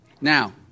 Now